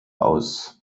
aus